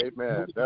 Amen